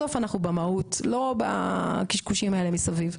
בסוף אנחנו במהות לא בקשקושים האלה מסביב.